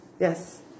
Yes